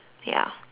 ya